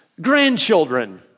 grandchildren